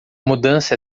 mudança